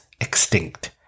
extinct